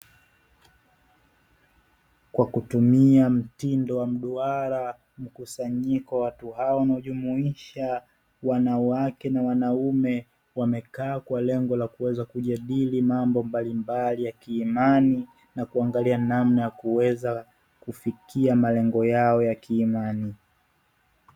Kwa kutumia mtindo wa mduara mkusanyiko wa watu hawa unaojumuisha wanawake na wanaume, wamekaa kwa lengo la kuweza kujadili mambo mbalimbali ya kiimani na kuangalia namna ya kuweza kufikia malengo yao ya kiimani.